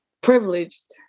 privileged